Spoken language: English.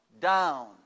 down